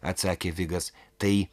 atsakė vigas tai